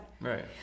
Right